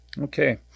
Okay